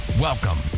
Welcome